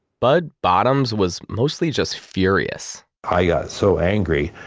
bud bottoms was mostly just furious i got so angry.